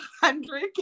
hundred